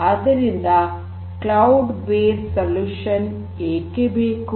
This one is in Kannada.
ಆದ್ದರಿಂದ ಕ್ಲೌಡ್ ಬೇಸ್ಡ್ ಪರಿಹಾರಗಳು ಏಕೆ ಬೇಕು